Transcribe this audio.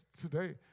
today